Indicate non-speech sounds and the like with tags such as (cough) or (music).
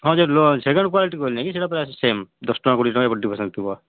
ହଁ ସେ second quality କହିଲେ ନା କି ସେଟା ପ୍ରାୟ ସେମ୍ ଦଶ ଟଙ୍କା କୋଡ଼ିଏ ଟଙ୍କା (unintelligible)